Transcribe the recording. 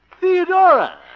Theodora